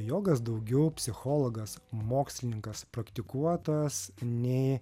jogas daugiau psichologas mokslininkas praktikuotas nei